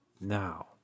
Now